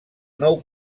nou